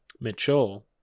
Mitchell